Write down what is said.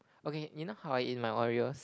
okay you know how I eat my Oreos